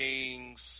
Kings